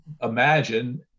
imagine